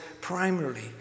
primarily